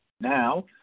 Now